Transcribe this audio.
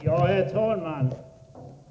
Herr talman!